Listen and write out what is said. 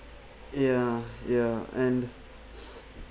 ya ya and